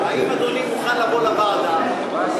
יש לי בקשה: האם אדוני מוכן לבוא לוועדה ולאפשר